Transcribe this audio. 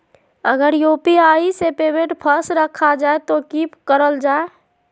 अगर यू.पी.आई से पेमेंट फस रखा जाए तो की करल जाए?